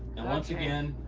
once again,